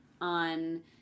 on